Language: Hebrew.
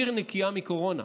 אבל העיר נקייה מקורונה.